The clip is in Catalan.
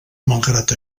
malgrat